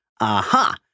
aha